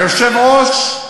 היושב-ראש,